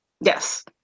Yes